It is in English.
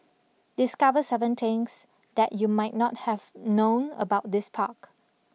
discover seven things that you might not have known about this park